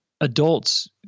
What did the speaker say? adults